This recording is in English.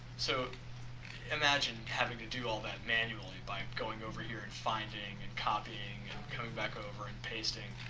so imagine having to do all that manually by going over here and finding and copying and coming back over and pasting.